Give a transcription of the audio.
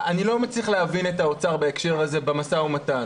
אני לא מצליח להבין את האוצר בהקשר הזה במשא ובמתן.